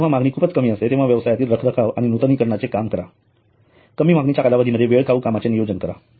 आणि जेव्हा मागणी खूपच कमी असते तेव्हा व्यवसायातील रखरखाव आणि नूतनीकरणाचे काम करा कमी मागणीच्या कालावधीत वेळखाऊ कामाचे नियोजन करा